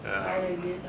!yuck!